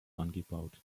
angebaut